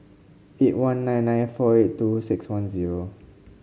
eight one nine nine four eight two six one zero